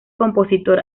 compositor